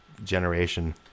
generation